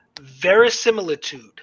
Verisimilitude